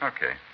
Okay